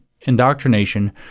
indoctrination